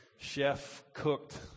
chef-cooked